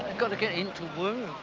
and got to get in to work.